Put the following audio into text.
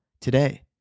today